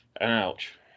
Ouch